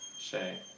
Shay